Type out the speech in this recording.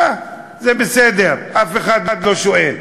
לא, זה בסדר, אף אחד לא שואל.